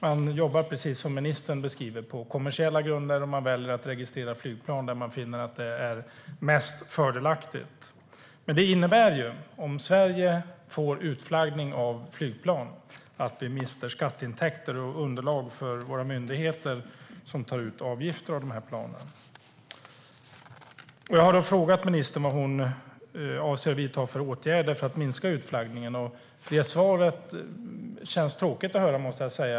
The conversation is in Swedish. Man jobbar, precis som ministern beskriver, på kommersiella grunder, och man väljer att registrera flygplan där man finner att det är mest fördelaktigt. Det innebär att om Sverige får utflaggning av flygplan mister vi skatteintäkter och underlag för våra myndigheter som tar ut avgifter för de här planen. Jag har frågat ministern vad hon avser att vidta för åtgärder för att minska utflaggningen. Det känns tråkigt att höra det här svaret, måste jag säga.